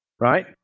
Right